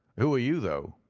who are you, though?